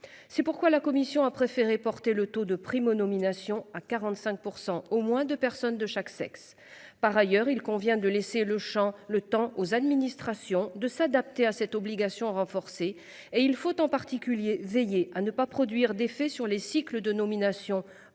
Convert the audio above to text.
C'est pourquoi la Commission a préféré porter le taux de Primo nominations à 45% au moins deux personnes de chaque sexe. Par ailleurs, il convient de laisser le champ le temps aux administrations de s'adapter à cette obligation renforcée et il faut en particulier veiller à ne pas produire d'effet sur les cycles de nomination